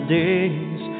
days